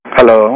Hello